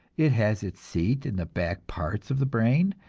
it has its seat in the back parts of the brain,